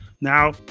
now